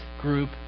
group